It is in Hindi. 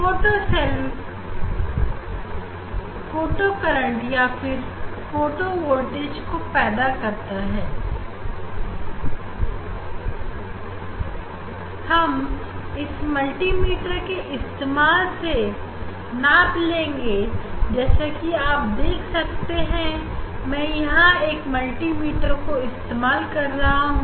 फोटो सेल फोटो करंट या फिर फोटो वोल्टेज को पैदा करेगा हम इसे मल्टीमीटर के इस्तेमाल से नाप लेंगे जैसा कि आप देख सकते हैं कि मैं यहां पर एक मल्टीमीटर को इस्तेमाल कर रहा हूं